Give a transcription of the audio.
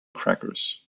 crackers